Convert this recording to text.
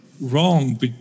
wrong